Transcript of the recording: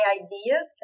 ideas